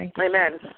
Amen